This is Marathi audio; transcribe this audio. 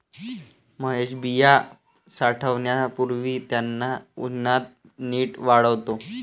महेश बिया साठवण्यापूर्वी त्यांना उन्हात नीट वाळवतो